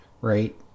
right